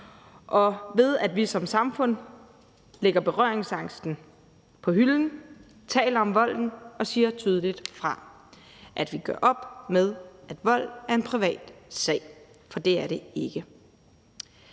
og ved at vi som samfund lægger berøringsangsten på hylden, taler om volden og siger tydeligt fra – ved at vi gør op med, at vold er en privat sag, for det er det ikke.